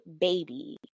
baby